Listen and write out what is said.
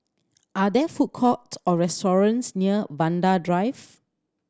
are there food courts or restaurants near Vanda Drive